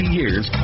years